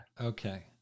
Okay